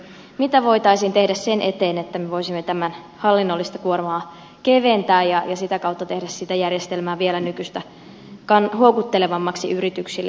mitä voitaisiin tehdä sen eteen että me voisimme tämän hallinnollista kuormaa keventää ja sitä kautta tehdä järjestelmää vielä nykyistä houkuttelevammaksi yrityksille